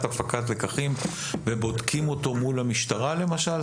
הפקת לקחים ובודקים אותו מול המשטרה למשל?